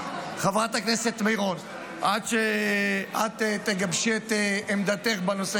עד שתגבשי את עמדתך בנושא,